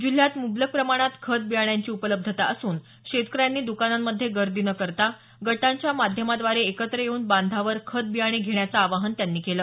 जिल्ह्यात मुबलक प्रमाणात खत बियाणांची उपलब्धता असून शेतकऱ्यांनी दकानांमध्ये गर्दी न करता गटांच्या माध्यमाद्वारे एकत्र येवून बांधावर खत बियाणे घेण्याचं आवाहन त्यांनी केलं